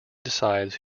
decides